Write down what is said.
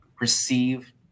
receive